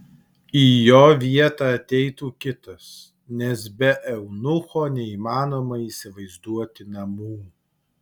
į jo vietą ateitų kitas nes be eunucho neįmanoma įsivaizduoti namų